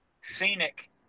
scenic